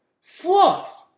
Fluff